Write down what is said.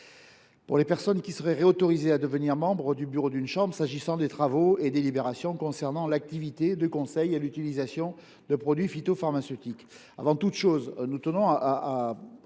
pour les personnes qui seraient réautorisées à devenir membres du bureau d’une chambre, lors des travaux et délibérations concernant l’activité de conseil et l’utilisation de produits phytopharmaceutiques. Je rappelle, au nom du